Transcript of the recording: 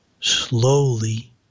slowly